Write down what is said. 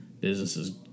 businesses